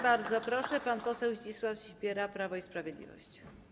Bardzo proszę, pan poseł Zdzisław Sipiera, Prawo i Sprawiedliwość.